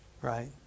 right